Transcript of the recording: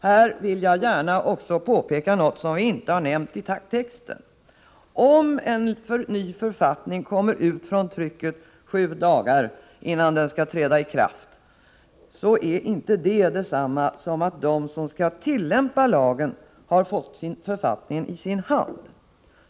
Här vill jag gärna också påpeka något som vi inte har nämnt i texten. Om en ny författning kommer ut från trycket sju dagar innan den skall träda i kraft är det inte detsamma som att de som skall tillämpa lagen har fått författningen i sin hand.